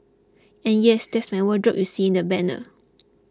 and yes that's my wardrobe you see in the banner